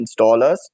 installers